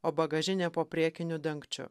o bagažinė po priekiniu dangčiu